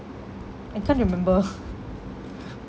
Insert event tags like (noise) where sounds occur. I can't remember (laughs)